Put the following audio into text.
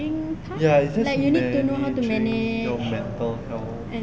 ya it's just managing your mental health